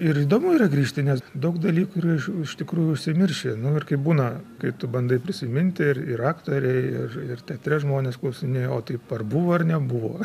ir įdomu yra grįžti nes daug dalykų yra iš iš tikrųjų užsimiršę nu ir kaip būna kai tu bandai prisiminti ir ir aktoriai ir ir teatre žmonės klausinėja o taip ar buvo ar nebuvo